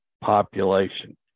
population